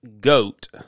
goat